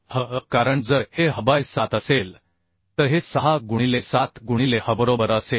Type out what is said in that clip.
h कारण जर हे hबाय 7 असेल तर हे 6 गुणिले 7 गुणिले hबरोबर असेल